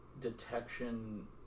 detection